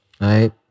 Right